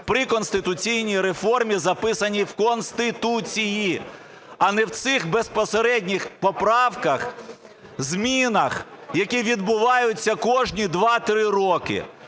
при конституційній реформі, записаній в Конституції, а не в цих безпосередніх поправках, змінах, які відбуваються кожні 2-3 роки.